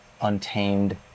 untamed